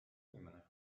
inimene